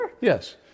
yes